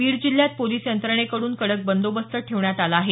बीड जिल्ह्यात पोलीस यंत्रणेकडून कडक बंदोबस्त ठेवण्यात आला आहे